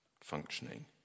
functioning